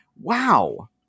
Wow